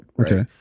Okay